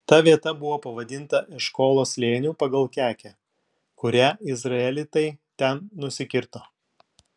ta vieta buvo pavadinta eškolo slėniu pagal kekę kurią izraelitai ten nusikirto